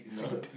sweet